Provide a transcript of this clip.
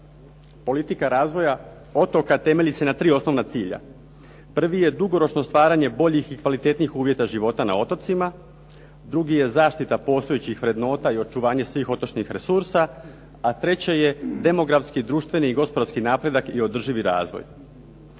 Politika razvoja otoka temelji se na tri osnovna cilja. Prvi je dugoročno stvaranje boljih i kvalitetnijih uvjeta života na otocima, drugi je zaštita postojećih vrednota i očuvanje svih otočnih resursa a treće je demografski društveni i gospodarski napredak i održivi razvoj.